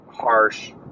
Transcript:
harsh